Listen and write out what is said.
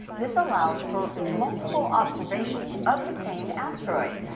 this allows for multiple observations of the same asteroid.